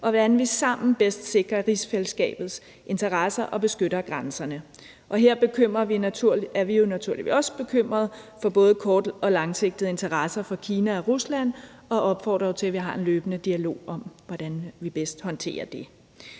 og hvordan vi sammen bedst sikrer rigsfællesskabets interesser og beskytter grænserne. Her er vi jo naturligvis også bekymrede for både kort- og langsigtede interesser fra Kina og Rusland og opfordrer til, at vi har en løbende dialog om, hvordan vi bedst håndterer det.